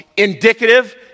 Indicative